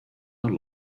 our